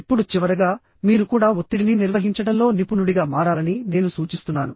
ఇప్పుడు చివరగా మీరు కూడా ఒత్తిడిని నిర్వహించడంలో నిపుణుడిగా మారాలని నేను సూచిస్తున్నాను